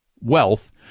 wealth